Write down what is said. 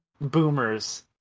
boomers